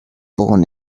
born